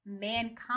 mankind